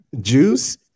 Juice